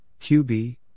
QB